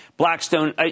Blackstone